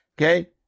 okay